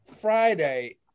Friday